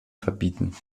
verbieten